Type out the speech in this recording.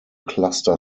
cluster